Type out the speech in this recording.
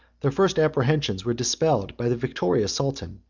their first apprehensions were dispelled by the victorious sultan,